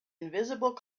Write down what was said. invisible